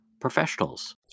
Professionals